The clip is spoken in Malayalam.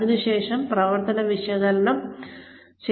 അതിനുശേഷം പ്രവർത്തന വിശകലനം വരുന്നു